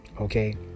okay